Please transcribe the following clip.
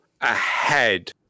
ahead